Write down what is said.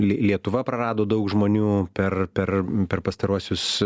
li lietuva prarado daug žmonių per per per pastaruosius